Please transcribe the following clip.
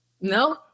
No